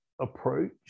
approach